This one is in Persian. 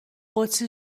قدسی